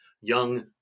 young